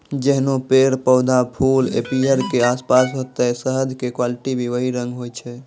जैहनो पेड़, पौधा, फूल एपीयरी के आसपास होतै शहद के क्वालिटी भी वही रंग होय छै